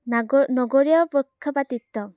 নাগ নগৰীয়া পক্ষপাতিত্ব